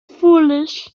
foolish